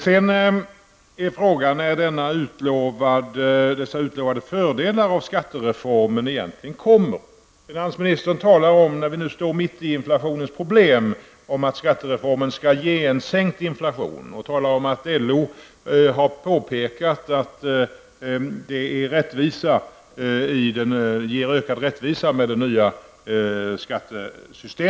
Sedan är frågan när dessa utlovade fördelar som skattereformen innebär egentligen visar sig. När vi nu befinner oss mitt i problemen med inflationen, talar finansministern om att skattereformen skall ge en sänkt inflation, och LO har påpekat att det nya skattesystemet ger ökad rättvisa.